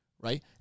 Right